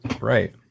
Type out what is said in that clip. right